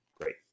Great